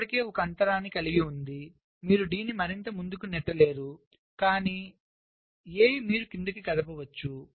D ఇప్పటికే 1 అంతరాన్ని కలిగి ఉంది మీరు D ని మరింత ముందుకు నెట్టలేరు కానీ A మీరు క్రిందికి కడపవచ్చు